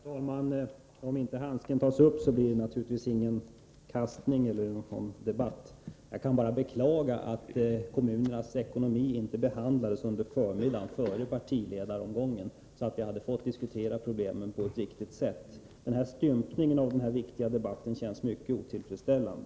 Herr talman! Om inte handsken tas upp, blir det naturligtvis inte någon kastning och inte någon debatt. Jag kan bara beklaga att kommunernas ekonomi inte behandlades under förmiddagen, före partiledaromgången, så att vi hade fått diskutera problemen på ett riktigt sätt. Stympningen av denna viktiga debatt känns mycket otillfredsställande.